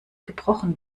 gebrochen